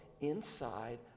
inside